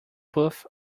puff